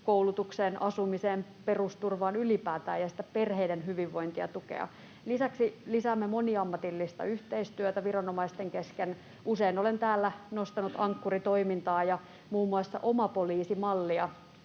koulutukseen, asumiseen, perusturvaan ylipäätään ja tukea sitä perheiden hyvinvointia. Lisäksi lisäämme moniammatillista yhteistyötä viranomaisten kesken. Usein olen täällä nostanut Ankkuri-toimintaa ja muun muassa omapoliisimallia,